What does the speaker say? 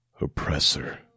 oppressor